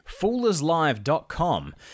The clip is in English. foolerslive.com